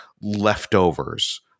leftovers